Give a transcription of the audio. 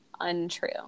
untrue